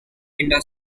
linda